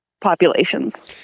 populations